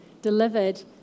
Delivered